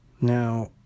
Now